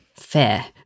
fair